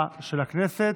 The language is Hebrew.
להצביע.